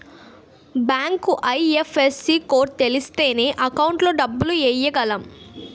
bank IFSC code తెలిస్తేనే account లో డబ్బులు ఎయ్యగలం